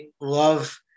love